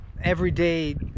everyday